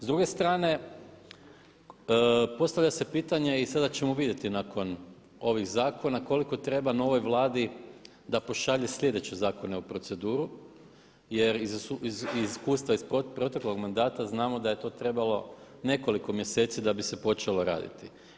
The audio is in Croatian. S druge strane postavlja se pitanje i sada ćemo vidjeti nakon ovih zakona koliko treba novoj Vladi da pošalje sljedeće zakone u proceduru jer iz iskustva iz proteklog mandata znamo da je to trebalo nekoliko mjeseci da bi se počelo raditi.